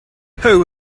who